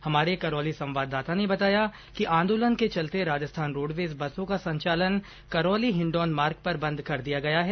हमारे करौली संवाददाता ने बताया कि आंदोलन के चलते राजस्थान रोडवेज बसों का संचालन करौली हिण्डौन मार्ग पर बंद कर दिया गया है